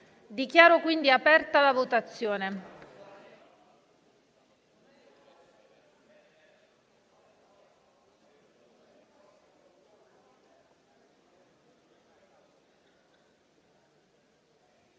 Dichiaro aperta la votazione.